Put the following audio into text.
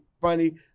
funny